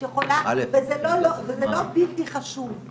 את יכולה, וזה לא בלתי חשוב.